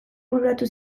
bururatu